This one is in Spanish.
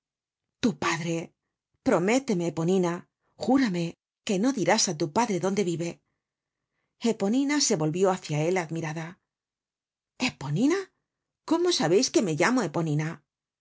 tu padre prométeme eponina júrame que no dirásá tu padre dónde vive eponina se volvió hácia él admirada eponina cómosabeis que me llamo eponina